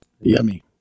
Yummy